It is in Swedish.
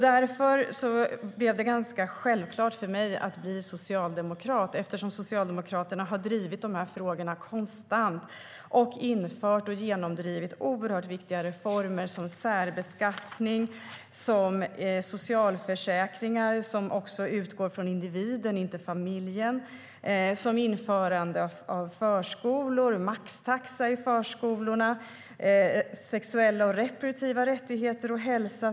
Det var självklart för mig att bli socialdemokrat, eftersom Socialdemokraterna har drivit dessa frågor konstant. De har infört och genomdrivit oerhört viktiga reformer som särbeskattning, socialförsäkringar som utgår från individen och inte familjen, förskolor och maxtaxa i förskolan samt sexuella och reproduktiva rättigheter och hälsa.